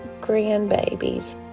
grandbabies